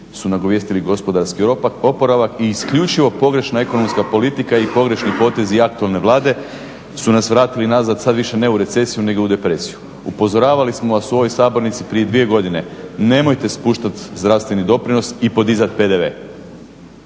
su nagovijestili gospodarski oporavak i isključivo pogrešna ekonomska politika i pogrešni potezi aktualne Vlade su nas vratili nazad sad više ne u recesiju nego u depresiju. Upozoravali smo vas u ovoj sabornici prije dvije godine, nemojte spuštati zdravstveni doprinos i podizat PDV.